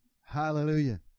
Hallelujah